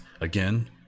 again